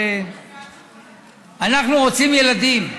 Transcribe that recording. אנחנו רוצים ילדים.